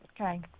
Okay